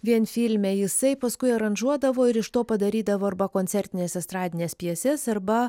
vien filme jisai paskui aranžuodavo ir iš to padarydavo arba koncertines estradines pjeses arba